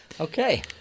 Okay